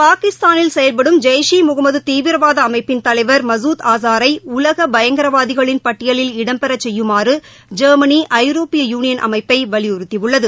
பாகிஸ்தானில் செயல்படும் ஜெய்ஷ் ஈமுகமத் தீவிரவாதஅமைப்பின் தலைவர் மசூத் அசாரைஉலகபயங்கரவாதிகளின் பட்டியலில் இடம்பெறசெய்யுமாறுஜெர்மனி ஐரோப்பிய யூனியன் அமைப்பைவலியுறுத்தியுள்ளது